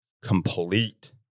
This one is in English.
complete